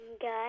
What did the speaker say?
good